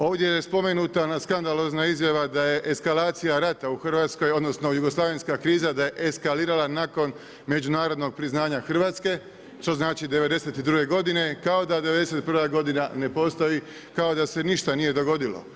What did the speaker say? Ovdje je spomenuta ona skandalozna izjava da je eskalacija rata u Hrvatskoj odnosno jugoslavenska kriza da je eskalirala nakon međunarodnog priznanja Hrvatske što znači '92. godine kao da '91. godina ne postoji, kao da se ništa nije dogodilo.